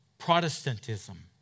Protestantism